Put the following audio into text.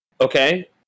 okay